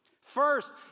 First